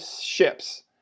ships